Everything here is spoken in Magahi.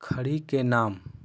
खड़ी के नाम?